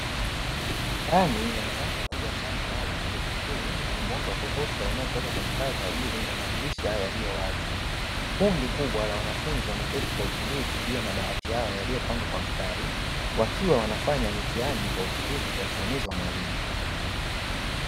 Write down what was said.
Ndani ya darasa kubwa sana la chuo kikuu lenye mwanga wa kutosha unaotoka kwenye taa za juu na madirisha yaliyo wazi, kundi kubwa la wanafunzi wameketi kwa utulivu juu ya madawati yao yaliyopangwa kwa mstari wakiwa wanafanya mitihani kwa utulivu kwa usimamizi wa mwalimu.